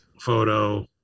photo